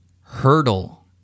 Hurdle